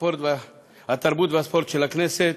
התרבות והספורט של הכנסת,